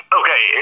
okay